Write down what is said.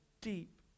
deep